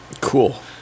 Cool